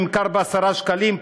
נמכר ב-10 שקלים,